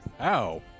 Ow